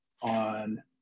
on